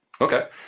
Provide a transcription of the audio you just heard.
Okay